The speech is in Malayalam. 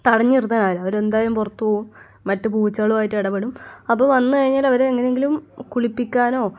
തടഞ്ഞ് നിർത്താൻ ആവില്ല അവരെന്തായായലും പുറത്ത് പോവും മറ്റു പൂച്ചകളുമായിട്ട് ഇടപെടും അപ്പോൾ വന്ന് കഴിഞ്ഞാൽ അവർ എങ്ങനെയെങ്കിലും കുളിപ്പിക്കാനോ